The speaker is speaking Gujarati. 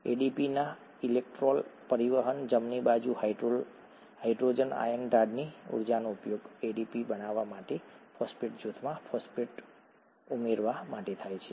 એડીપી ના ઇલેક્ટ્રોન પરિવહન જમણી બાજુ હાઇડ્રોજન આયન ઢાળની ઊર્જાનો ઉપયોગ એડીપી બનાવવા માટે ફોસ્ફેટ જૂથમાં ફોસ્ફેટ જૂથમાં ફોસ્ફેટ ઉમેરવા માટે થાય છે